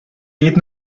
geht